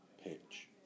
pitch